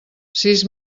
sis